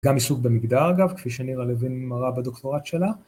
גם עיסוק במגדר אגב, כפי שנירה לוין מראה בדוקטורט שלה